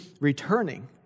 returning